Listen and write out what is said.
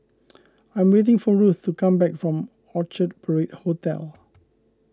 I am waiting for Ruth to come back from Orchard Parade Hotel